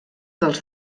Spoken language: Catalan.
dels